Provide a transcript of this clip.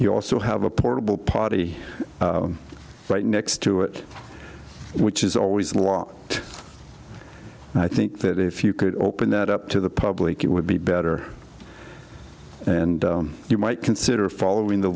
you also have a portable potty right next to it which is always a law i think that if you could open that up to the public it would be better and you might consider following the